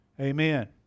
Amen